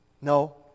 No